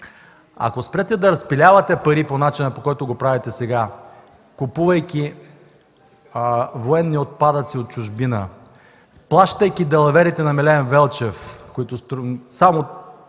Ако спрете да разпилявате пари по начина, по който го правите сега, купувайки военни отпадъци от чужбина; плащайки далаверите на Милен Велчев, защото сега,